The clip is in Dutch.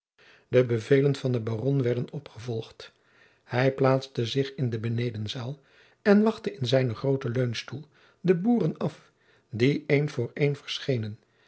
de bevelen van den baron werden opgevolgd hij plaatste zich in de benedenzaal en wachtte in zijnen grooten leunstoel de boeren af die een voor een